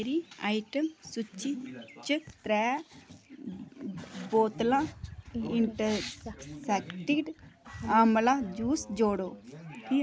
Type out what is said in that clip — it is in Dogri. मेरी आइटम सूची च त्रै बोतलां इंटर सैक्टड आमला जूस जोड़ो